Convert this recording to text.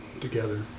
together